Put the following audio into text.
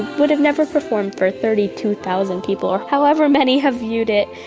would have never performed for thirty two thousand people or however many have viewed it,